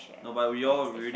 but we all read it